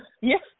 Yes